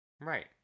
Right